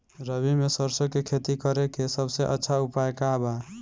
रबी में सरसो के खेती करे के सबसे अच्छा उपाय का बा?